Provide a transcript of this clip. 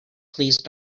please